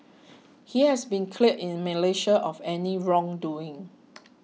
he has been cleared in Malaysia of any wrongdoing